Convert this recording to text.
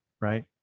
right